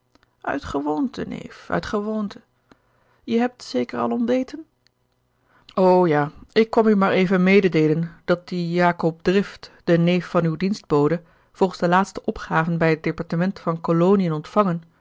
uit gewoonte neef uit gewoonte je hebt zeker al ontbeten o ja ik kwam u maar even mededeelen dat die jakob drift de neef van uwe dienstbode volgens de laatste opgaven bij het departement van kolonien ontvangen